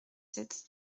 sept